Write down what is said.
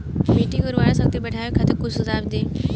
मिट्टी के उर्वरा शक्ति बढ़ावे खातिर कुछ सुझाव दी?